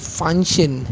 function